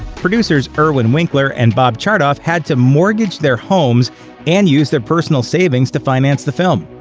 producers irwin winkler and bob chartoff had to mortgage their homes and use their personal savings to finance the film.